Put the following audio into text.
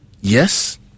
yes